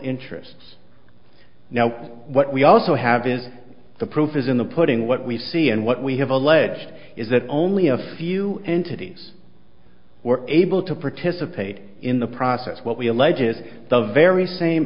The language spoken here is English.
interests now what we also have is the proof is in the putting what we see and what we have alleged is that only a few entities were able to participate in the process what we allege is the very same